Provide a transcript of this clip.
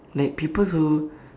like people who